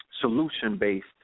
solution-based